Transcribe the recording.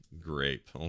Grape